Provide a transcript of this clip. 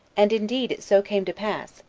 and indeed it so came to pass,